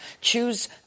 choose